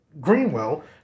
Greenwell